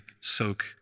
soak